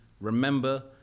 remember